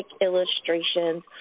illustrations